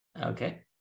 Okay